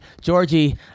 Georgie